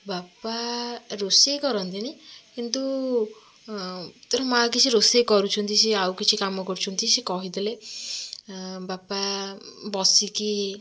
ବାପା ରୋଷେଇ କରନ୍ତିନି କିନ୍ତୁ ଧର ମାଁ କିଛି ରୋଷେଇ କରୁଛନ୍ତି ସିଏ ଆଉ କିଛି କାମ କରୁଛନ୍ତି ସିଏ କହିଦେଲେ ବାପା ବସିକି